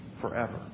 forever